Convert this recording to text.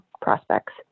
prospects